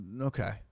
okay